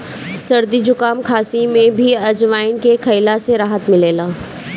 सरदी जुकाम, खासी में भी अजवाईन के खइला से राहत मिलेला